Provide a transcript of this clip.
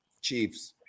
Chiefs